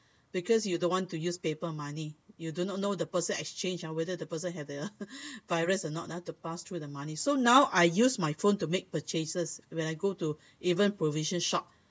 because you don't want to use paper money you do not know the person exchange ah whether the person have the virus or not ah to pass through the money so now I use my phone to make purchases when I go to even provision shop